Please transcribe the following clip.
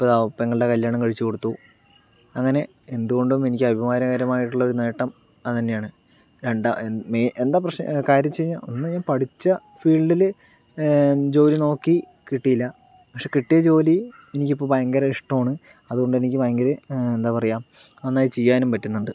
ഇപ്പം ഇതാ പെങ്ങളുടെ കല്യാണം കഴിച്ചു കൊടുത്തു അങ്ങനെ എന്തു കൊണ്ടും എനിക്ക് അഭിമാനകരമായിട്ടുള്ള ഒരു നേട്ടം അത് തന്നെയാണ് രണ്ടാ മെ എന്താ പ്രശ്നം കാര്യം വച്ചു കഴിഞ്ഞാൽ ഒന്ന് പഠിച്ച ഫീൽഡിൽ ജോലി നോക്കി കിട്ടിയില്ല പക്ഷേ കിട്ടിയ ജോലി എനിക്കിപ്പോൾ ഭയങ്കര ഇഷ്ടമാണ് അതുകൊണ്ടു തന്നെ എനിക്ക് ഭയങ്കര എന്താ പറയുക നന്നായി ചെയ്യാനും പറ്റുന്നുണ്ട്